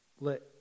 Let